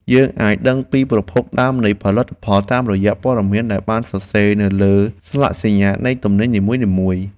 យើងអាចដឹងពីប្រភពដើមនៃផលិតផលតាមរយៈព័ត៌មានដែលបានសរសេរនៅលើស្លាកសញ្ញានៃទំនិញនីមួយៗ។